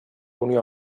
unió